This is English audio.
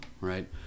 right